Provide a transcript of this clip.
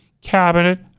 cabinet